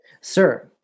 Sir